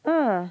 uh